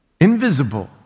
invisible